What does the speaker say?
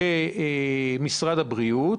למשרד הבריאות,